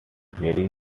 very